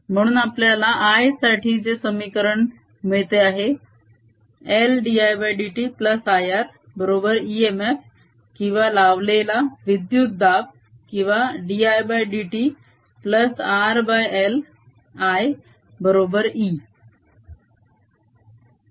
म्हणून आपल्याला I साठी जे समीकरण मिळते ते आहे LdIdtIR बरोबर इएमएफ किंवा लावलेला विद्युत दाब किंवा dIdt RLI बरोबर E